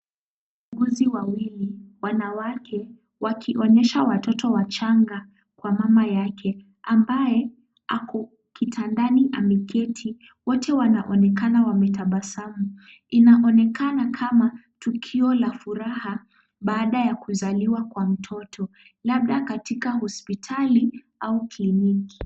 Watu wawili wanawake wakionyesha watoto wachanga kwa mama yake ambaye ako kitandani ameketi. Wote wanaonekana wametabasamu. Inaonekana kama tukio la furaha baada ya kuzaliwa kwa mtoto labda katika hospitali au kliniki.